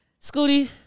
Scooty